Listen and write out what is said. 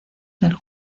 del